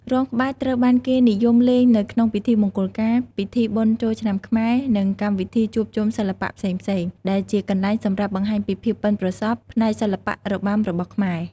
រាំក្បាច់ត្រូវបានគេនិយមលេងនៅក្នុងពិធីមង្គលការ ពិធីបុណ្យចូលឆ្នាំខ្មែរ និងកម្មវិធីជួបជុំសិល្បៈផ្សេងៗ ដែលជាកន្លែងសម្រាប់បង្ហាញពីភាពប៉ិនប្រសប់ផ្នែកសិល្បៈរបាំរបស់ខ្មែរ។